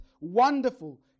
Wonderful